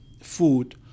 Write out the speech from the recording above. food